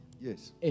Yes